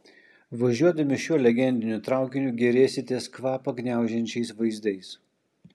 važiuodami šiuo legendiniu traukiniu gėrėsitės kvapą gniaužiančiais vaizdais